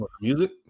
music